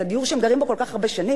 את הדיור שהם גרים בו כל כך הרבה שנים,